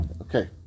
Okay